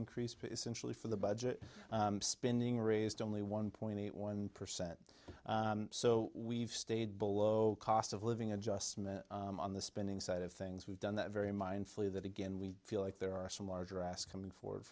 increase but essentially for the budget spending raised only one point one percent so we've stayed below cost of living adjustment on the spending side of things we've done that very mindfully that again we feel like there are some larger ask coming forward